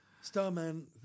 Starman